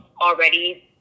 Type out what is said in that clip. already